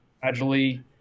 gradually